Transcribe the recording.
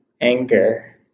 anger